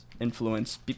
influence